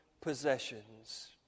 possessions